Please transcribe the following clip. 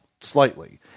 slightly